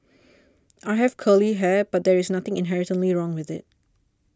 I have curly hair but there is nothing inherently wrong with it